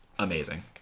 amazing